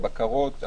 הבקרות,